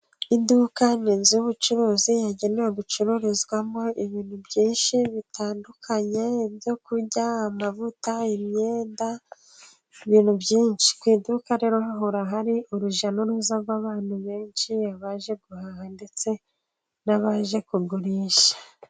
Iduka ni inzu y'ubucuruzi, yagenewe gucururizwamo ibintu byinshi bitandukanye byo kurya, amavuta, imyenda, ibintu byinshi, ku iduka rero hahora hari urujya n'uruza rw'abantu benshi, abaje guhaha ndetse n'abaje kugurisha.